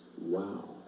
Wow